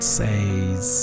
says